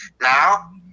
Now